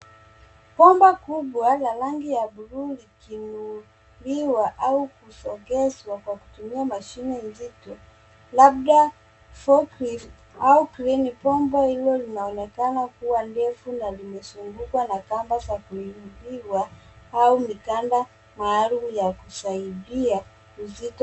Bomba kubwa la rangi ya bluu ikiinuliwa au kusongezwa kwa kutumia mashine nzito, labda forklift au kreni. Bomba hilo linaonekana kuwa ndefu na limezungukwa na kamba za kuinuliwa au mikanda maalum ya kusaidia uzito.